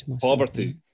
poverty